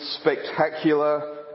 spectacular